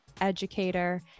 educator